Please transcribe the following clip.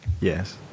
Yes